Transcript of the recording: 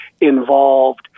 involved